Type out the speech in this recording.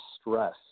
stress